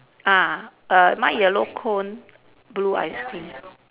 ah err mine yellow cone blue ice cream